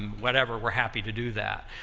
whatever, we're happy to do that.